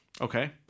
Okay